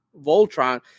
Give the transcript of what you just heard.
Voltron